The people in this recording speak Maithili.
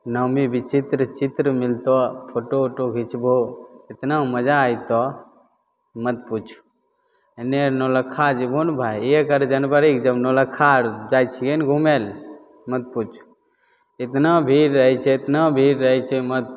नामी विचित्र चित्र मिलतऽ फोटो ओटो घिचबहो एतना मजा अएतऽ मत पुछऽ एन्ने नओलक्खा जेबहो ने भाइ एक आओर जनवरीके जब नओलक्खा आओर जाइ छिए ने घुमैले मत पुछऽ एतना भीड़ रहै छै एतना भीड़ रहै छै मत पुछऽ